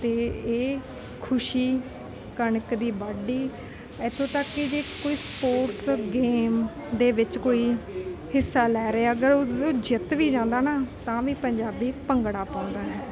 ਅਤੇ ਇਹ ਖੁਸ਼ੀ ਕਣਕ ਦੀ ਵਾਢੀ ਇੱਥੋਂ ਤੱਕ ਕਿ ਜੇ ਕੋਈ ਸਪੋਰਟਸ ਗੇਮ ਦੇ ਵਿੱਚ ਕੋਈ ਹਿੱਸਾ ਲੈ ਰਿਹਾ ਅਗਰ ਉਸ ਜਿੱਤ ਵੀ ਜਾਂਦਾ ਨਾ ਤਾਂ ਵੀ ਪੰਜਾਬੀ ਭੰਗੜਾ ਪਾਉਂਦਾ ਹੈ